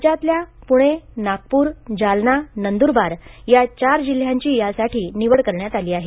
राज्यातल्या प्णे नागपूर जालना नंद्रबार या चार जिल्ह्यांची यासाठी निवड करण्यात आली आहे